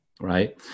right